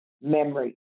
memory